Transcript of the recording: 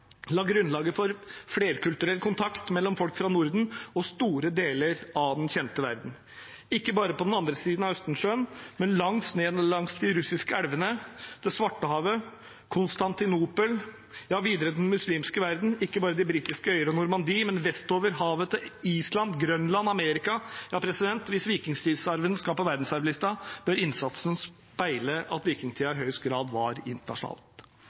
la grunnlag for flerkulturell kontakt mellom folk fra Norden og store deler av den kjente verden – ikke bare på den andre siden Østersjøen, men langt ned langs de russiske elvene til Svartehavet og Konstantinopel, videre til den muslimske verden, ikke bare til de britiske øyene og Normandie, men vestover havet til Island, Grønland og Amerika. Hvis vikingtidsarven skal på verdensarvlisten, bør innsatsen speile at vikingtiden i høyeste grad var